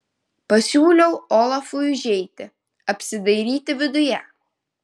pasiūliau olafui užeiti apsidairyti viduje